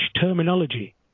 terminology